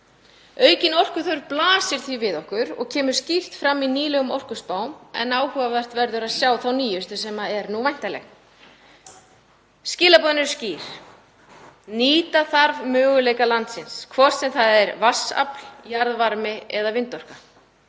Aukin orkuþörf blasir því við okkur og kemur skýrt fram í nýlegum orkuspám en áhugavert verður að sjá þá nýjustu sem er væntanleg. Skilaboðin eru skýr: Nýta þarf möguleika landsins, hvort sem það er vatnsafl, jarðvarmi eða vindorka.